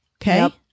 Okay